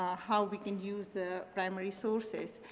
ah how we can use the primary sources.